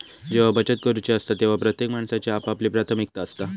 जेव्हा बचत करूची असता तेव्हा प्रत्येक माणसाची आपापली प्राथमिकता असता